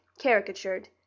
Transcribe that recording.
caricatured